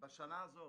בשנה הזו